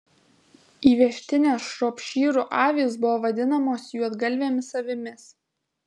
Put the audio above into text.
įvežtinės šropšyrų avys buvo vadinamos juodgalvėmis avimis